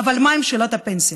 אבל מה עם שאלת הפנסיה?